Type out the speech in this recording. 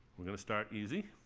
we're going to start easy.